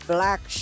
Black